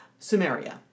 Sumeria